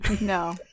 No